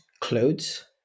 clothes